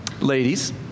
ladies